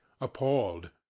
appalled